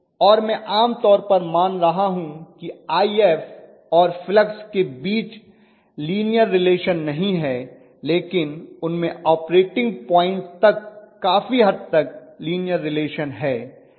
और मैं आमतौर पर मान रहा हूं कि If और फ्लक्स के बीच लिनीअर रिलेशन नहीं हैं लेकिन उनमे ऑपरेटिंग पॉइन्ट तक काफी हद तक लिनीअर रिलेशन है